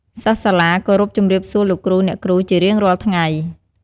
សិស្សសាលាគោរពជម្រាបសួរលោកគ្រូអ្នកគ្រូ ជារៀងរាល់ថ្ងៃ។